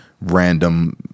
random